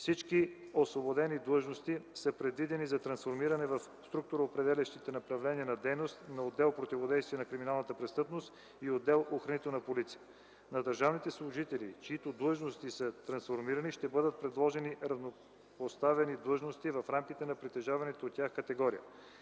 Всички освободени длъжности са предвидени за трансформиране в структуроопределящите направления на дейност на отдел „Противодействие на криминалната престъпност” и отдел „Охранителна полиция”. На държавните служители, чиито длъжности са трансформирани, ще бъдат предложени равнопоставени длъжности в рамките на притежаваните от тях категории.